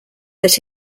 that